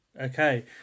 Okay